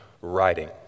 writing